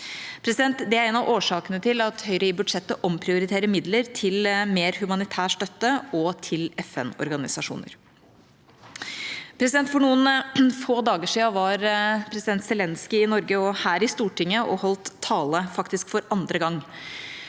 Det er en av årsakene til at Høyre i budsjettet omprioriterer midler til mer humanitær støtte og til FN-organisasjoner. For noen få dager siden var president Zelenskyj i Norge og her i Stortinget og holdt tale, faktisk for andre gang.